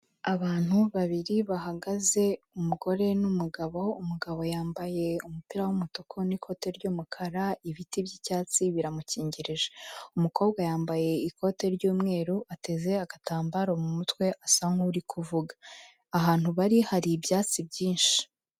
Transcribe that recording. Abantu babiri bahagaze umugore n'umugabo, umugabo yambaye umupira w'umutuku n'ikoti ry'umukara, ibiti by'icyatsi biramukingirije, umukobwa yambaye ikote ry'umweru ateze agatambaro mu mutwe asa nk'uri kuvuga, ahantu bari hari ibyatsi byinshi.